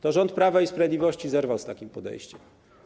To rząd Prawa i Sprawiedliwości zerwał z takim podejściem.